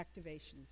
activations